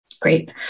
Great